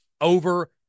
over